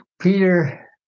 peter